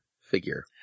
figure